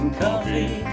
coffee